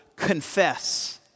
Confess